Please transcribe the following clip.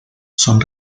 son